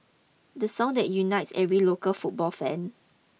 the song that unites every local football fan